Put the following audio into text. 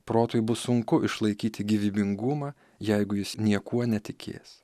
protui bus sunku išlaikyti gyvybingumą jeigu jis niekuo netikės